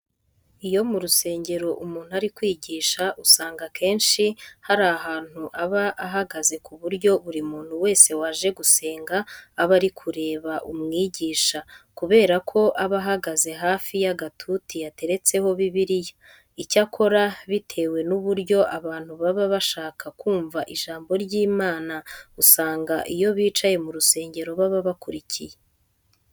Iyo mu rusengero umuntu ari kwigisha usanga akenshi hari ahantu aba ahagaze ku buryo buri muntu wese waje gusenga aba ari kureba umwigisha kubera ko aba ahagaze hafi y'agatuti yateretseho Bibiliya. Icyakora bitewe n'uburyo abantu baba bashaka kumva ijambo ry'Imana, usanga iyo bicaye mu rusengero baba bakurikiye.